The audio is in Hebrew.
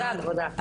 תודה כבודה.